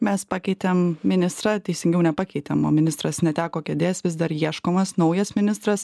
mes pakeitėm ministrą teisingiau nepakeitė o ministras neteko kėdės vis dar ieškomas naujas ministras